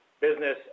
business